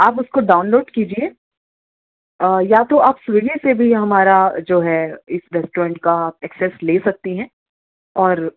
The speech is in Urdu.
آپ اس کو ڈاؤنلوڈ کیجیے یا تو آپ سوئیگی سے بھی ہمارا جو ہے اس ریسٹورینٹ کا ایکسس لے سکتی ہیں اور